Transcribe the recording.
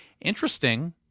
Interesting